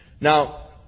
Now